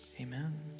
amen